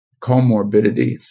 comorbidities